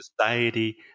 society